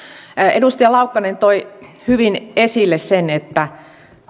edustaja laukkanen toi hyvin esille sen että